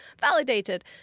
validated